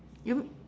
you